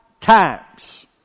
times